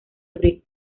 abril